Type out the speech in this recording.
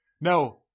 No